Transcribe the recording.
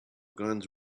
guns